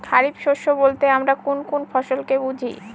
খরিফ শস্য বলতে আমরা কোন কোন ফসল কে বুঝি?